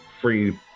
Free